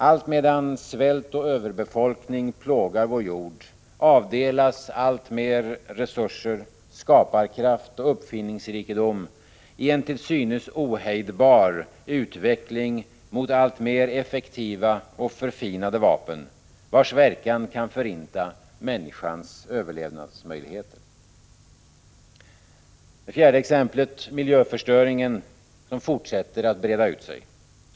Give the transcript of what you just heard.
Allt medan svält och överbefolkning plågar vår jord avdelas alltmer resurser, skaparkraft och uppfinningsrikedom i en till synes ohejdbar utveckling mot alltmer effektiva och förfinade vapen, vilkas verkan kan förinta människans överlevnadsmöjligheter. Miljöförstöringen fortsätter att breda ut sig.